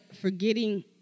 forgetting